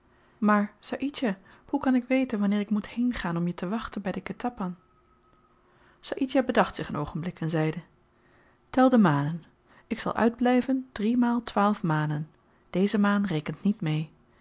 maar saïdjah hoe kan ik weten wanneer ik moet heengaan om je te wachten by den ketapan saïdjah bedacht zich een oogenblik en zeide tel de manen ik zal uitblyven driemaal twaalf manen deze maan rekent niet mee